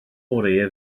oriau